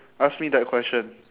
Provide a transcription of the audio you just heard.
ask me that question